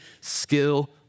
skill